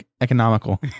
economical